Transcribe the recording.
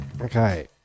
Okay